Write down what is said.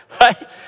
right